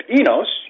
Enos